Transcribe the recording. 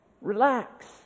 Relax